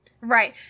Right